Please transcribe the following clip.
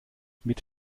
mit